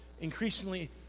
increasingly